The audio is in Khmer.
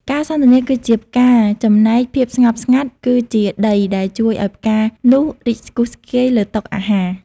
ការសន្ទនាគឺជាផ្កា ចំណែកភាពស្ងប់ស្ងាត់គឺជាដីដែលជួយឱ្យផ្កានោះរីកស្គុស្គាយលើតុអាហារ។